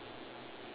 ya sure